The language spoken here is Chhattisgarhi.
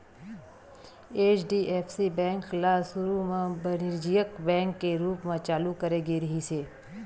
एच.डी.एफ.सी बेंक ल सुरू म बानिज्यिक बेंक के रूप म चालू करे गे रिहिस हे